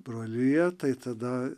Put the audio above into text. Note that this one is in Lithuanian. broliją tai tada